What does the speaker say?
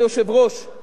כמו שציינת,